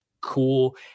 cool